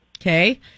Okay